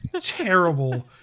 terrible